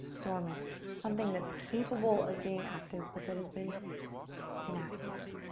dormant, something that's capable of being active but that has been inactive.